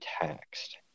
taxed